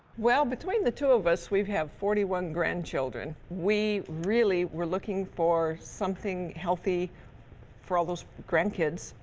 well, between the two of us, we have forty one grandchildren. we really were looking for something healthy for all those grandkids.